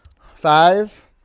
Five